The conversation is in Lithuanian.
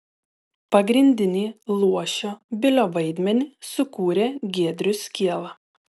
pagrindinį luošio bilio vaidmenį sukūrė giedrius kiela